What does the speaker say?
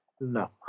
No